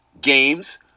games